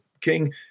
King